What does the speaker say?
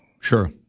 Sure